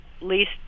least